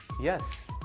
Yes